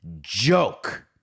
joke